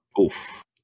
Oof